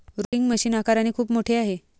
rolling machine आकाराने खूप मोठे आहे